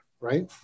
right